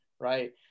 right